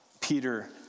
Peter